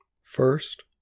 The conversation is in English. First